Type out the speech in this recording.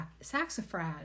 Saxifrage